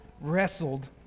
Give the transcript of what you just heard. wrestled